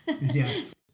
Yes